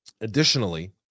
additionally